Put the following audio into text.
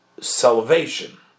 salvation